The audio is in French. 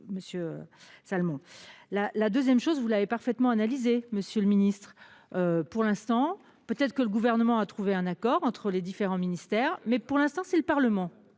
Monsieur Salmon. La la 2ème chose. Vous l'avez parfaitement analysé. Monsieur le Ministre. Pour l'instant, peut-être que le gouvernement a trouvé un accord entre les différents ministères. Mais pour l'instant c'est le Parlement